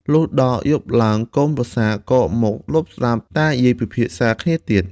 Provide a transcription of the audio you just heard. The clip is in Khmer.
លុះដល់យប់ឡើងកូនប្រសាក៏មកលបស្តាប់តាយាយពិភាក្សាគ្នាទៀត។